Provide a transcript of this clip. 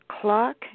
clock